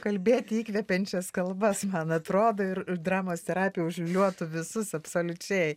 kalbėti įkvepiančias kalbas man atrodo ir dramos terapija užliūliuotų visus absoliučiai